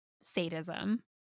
sadism